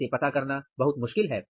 इसे पता करना बहुत मुश्किल है